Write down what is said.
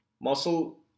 muscle